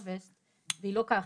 אבל אין לה וסט והיא לא ככה.